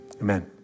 Amen